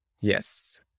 Yes